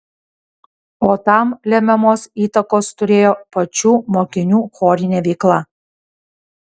o tam lemiamos įtakos turėjo pačių mokinių chorinė veikla